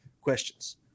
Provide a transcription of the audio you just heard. questions